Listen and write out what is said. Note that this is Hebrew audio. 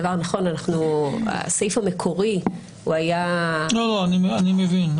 הסעיף המקורי הוא היה --- אני מבין.